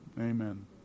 Amen